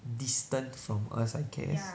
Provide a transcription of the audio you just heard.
distant from us I guess